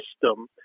system